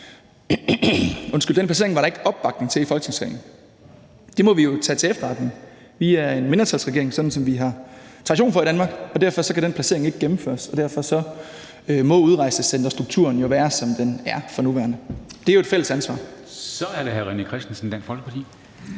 valgkampen. Den placering var der ikke opbakning til i Folketingssalen. Det må vi jo tage til efterretning. Vi er en mindretalsregering, som der er tradition for at have i Danmark, og derfor kan det ikke gennemføres med den placering. Derfor må udrejsecenterstrukturen være, som den er for nuværende. Det er jo et fælles ansvar. Kl. 09:15 Formanden (Henrik